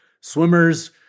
Swimmers